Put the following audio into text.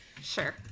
Sure